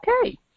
Okay